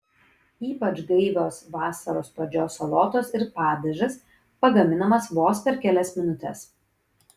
ypač gaivios vasaros pradžios salotos ir padažas pagaminamas vos per kelias minutes